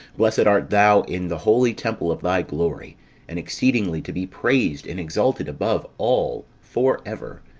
blessed art thou in the holy temple of thy glory and exceedingly to be praised and exalted above all for ever.